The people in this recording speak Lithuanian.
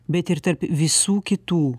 bet ir tarp visų kitų